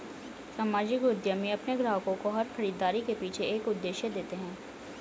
सामाजिक उद्यमी अपने ग्राहकों को हर खरीदारी के पीछे एक उद्देश्य देते हैं